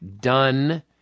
done